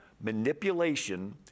manipulation